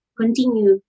continue